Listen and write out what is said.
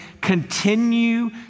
Continue